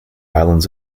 islands